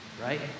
right